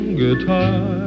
guitar